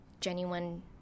genuine